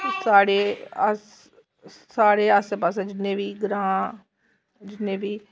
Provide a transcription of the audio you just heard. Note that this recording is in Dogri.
कि साढ़े अस साढ़े आस्सै पास्सै जिन्ने बी ग्रांऽ जिन्ने बी